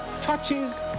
touches